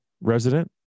resident